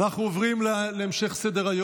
אנחנו עוברים להצעת החוק